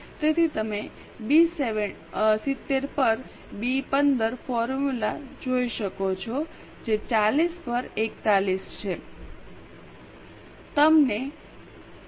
તેથી તમે બી 70 પર બી 15 ફોર્મ્યુલા જોઈ શકો છો જે 40 પર 41 છે તમને 0